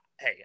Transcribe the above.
hey